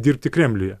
dirbti kremliuje